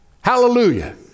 Hallelujah